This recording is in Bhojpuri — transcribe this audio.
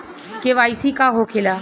के.वाइ.सी का होखेला?